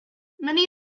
many